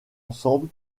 ensemble